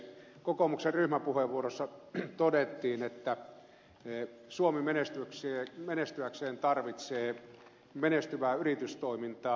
kokoomuksen ryhmäpuheenvuorossa todettiin että suomi tarvitsee menestyäkseen menestyvää yritystoimintaa